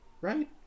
right